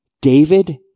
David